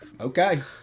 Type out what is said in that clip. Okay